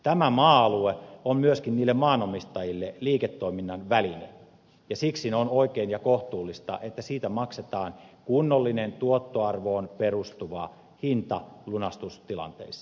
tämä maa alue on myöskin niille maanomistajille liiketoiminnan väline ja siksi on oikein ja kohtuullista että siitä maksetaan kunnollinen tuottoarvoon perustuva hinta lunastustilanteissa